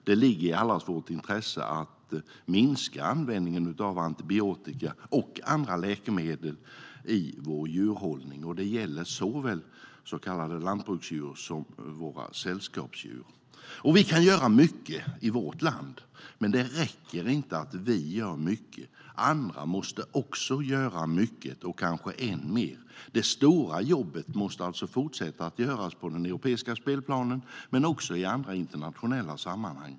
Det ligger i allas intresse att användningen av antibiotika och andra läkemedel minskas i vår djurhållning. Det gäller såväl så kallade lantbruksdjur som våra sällskapsdjur. Vi kan göra mycket i vårt land. Men det räcker inte. Andra måste också göra mycket och kanske än mer. Det stora jobbet måste alltså fortsättas på den europeiska spelplanen, men också i andra internationella sammanhang.